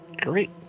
great